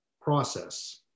process